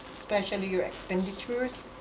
especially your expenditures.